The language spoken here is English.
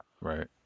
Right